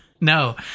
no